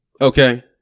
Okay